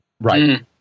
Right